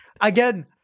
Again